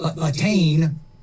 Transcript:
attain